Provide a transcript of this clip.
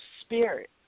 spirit